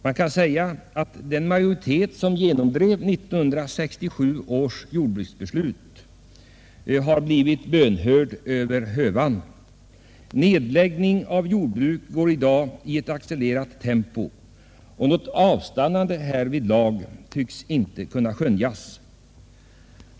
Man kan säga att den majoritet som genomdrev 1967 års jordbruksbeslut har blivit bönhörd över hövan. Jordbruk läggs i dag ned i ett accelererat tempo och något stopp i den utvecklingen tycks inte kunna skönjas.